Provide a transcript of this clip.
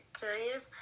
curious